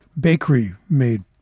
bakery-made